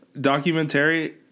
Documentary